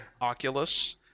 oculus